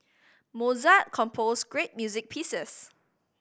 Mozart composed great music pieces